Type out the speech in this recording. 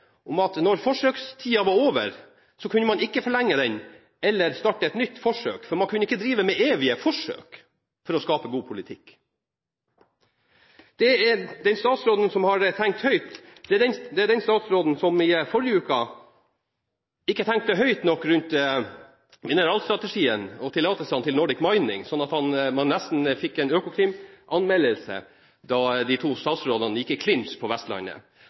om at når forsøkstiden var over, kunne man ikke forlenge den eller starte et nytt forsøk, for man kunne ikke drive med evige forsøk for å skape god politikk. Den statsråden som har tenkt høyt, er den statsråden som i forrige uke ikke tenkte høyt nok rundt mineralstrategien og tillatelsene til Nordic Mining, sånn at man nesten fikk en Økokrim-anmeldelse da de to statsrådene gikk i klinsj på Vestlandet.